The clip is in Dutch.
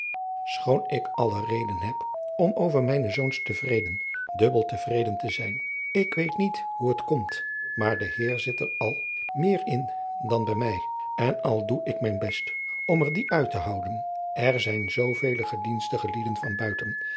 schoon ik alle reden heb om over mijne zoons te vreden dubbel te vreden te zijn ik weet niet hoe het komt maar de heer zit er al meer in dan bij mij en al doe ik mijn best om er dien uit te houden er zijn zoovele gedienstige lieden van buiten